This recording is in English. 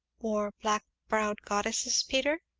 or black-browed goddesses, peter?